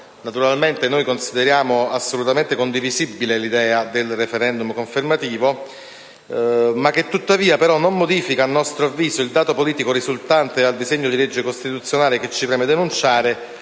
Naturalmente consideriamo assolutamente condivisibile l'idea del *referendum* confermativo, ma a nostro avviso ciò non modifica il dato politico risultante dal disegno di legge costituzionale che ci preme denunciare,